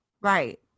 right